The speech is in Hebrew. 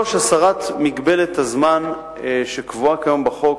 3. הסרת מגבלת הזמן שקבועה כיום בחוק,